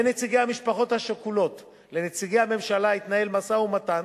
בין נציגי המשפחות השכולות לנציגי הממשלה התנהל משא-ומתן,